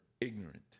ignorant